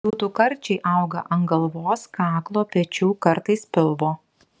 liūtų karčiai auga ant galvos kaklo pečių kartais pilvo